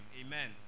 Amen